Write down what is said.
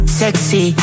sexy